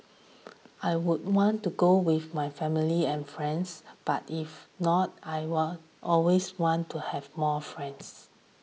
I would want to go with my family and friends but if not I will always want to have more friends